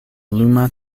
luma